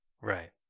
right